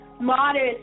modest